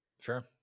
Sure